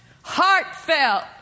heartfelt